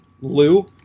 Lou